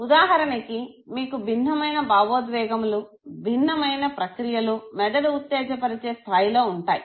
ఉదాహరణకి మీకు భిన్నమైన భావోద్వేగములు భిన్నమైన ప్రక్రియలు మెదడు ఉత్తేజపరిచే స్థాయిలో ఉంటాయి